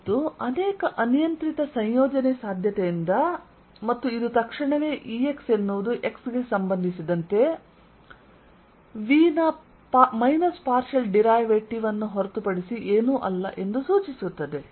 ಮತ್ತು ಅನೇಕ ಅನಿಯಂತ್ರಿತ ಸಂಯೋಜನೆ ಸಾಧ್ಯತೆಯಿಂದ ಮತ್ತು ಇದು ತಕ್ಷಣವೇ Exಎನ್ನುವುದು x ಗೆ ಸಂಬಂಧಿಸಿದಂತೆ V ನ ಮೈನಸ್ ಪಾರ್ಷಿಯಲ್ ಡಿರೈವೇಟಿವ್ ಅನ್ನು ಹೊರತುಪಡಿಸಿ ಏನೂ ಅಲ್ಲ ಎಂದು ಸೂಚಿಸುತ್ತದೆ